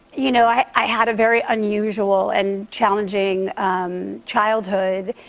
you know, i i had a very unusual and challenging childhood,